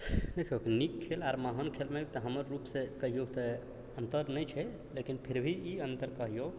देखियौ नीक खेल आओर महान खेल मे एक तऽ हमर रूपसँ कहियौ तऽ अन्तर नहि छै लेकिन फिर भी ई अन्तर कहियौ